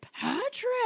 Patrick